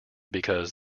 because